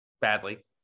badly